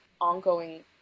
ongoing